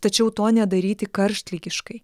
tačiau to nedaryti karštligiškai